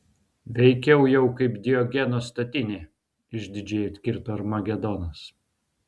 veikiau jau kaip diogeno statinė išdidžiai atkirto armagedonas